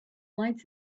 lights